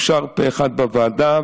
זה אושר פה אחד בוועדה,